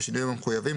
בשינויים המחויבים,